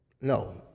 No